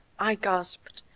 i gasped.